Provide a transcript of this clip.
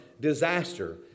disaster